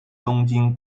东京